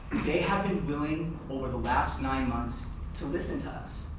they have been willing over the last nine months to listen to us.